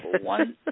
One